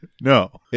no